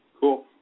Cool